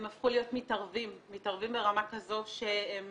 הם הפכו להיות מתערבים ברמה כזו שהם